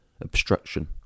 Obstruction